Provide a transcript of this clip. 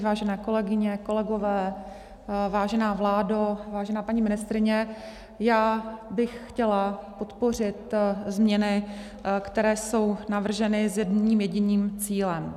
Vážené kolegyně, kolegové, vážená vládo, vážená paní ministryně, já bych chtěla podpořit změny, které jsou navrženy s jedním jediným cílem.